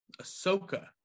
Ahsoka